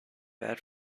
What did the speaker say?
bad